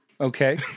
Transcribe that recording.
Okay